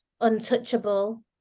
untouchable